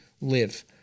live